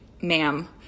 ma'am